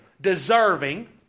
deserving